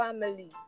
family